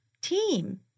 team